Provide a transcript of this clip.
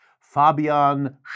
Fabian